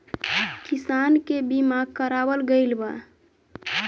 किसान के बीमा करावल गईल बा